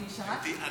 שמעתי.